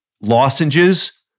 lozenges